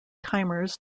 timers